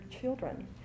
children